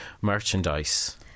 merchandise